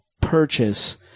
purchase